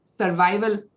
survival